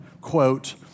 quote